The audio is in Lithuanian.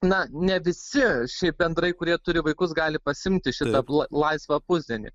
na ne visi šiaip bedrai kurie turi vaikus gali pasiimti šitą lai laisvą pusdienį